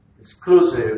exclusive